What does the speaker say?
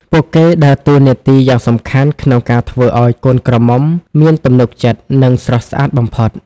ពួកគេដើរតួនាទីយ៉ាងសំខាន់ក្នុងការធ្វើឱ្យកូនក្រមុំមានទំនុកចិត្ត និងស្រស់ស្អាតបំផុត។